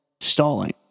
Stalling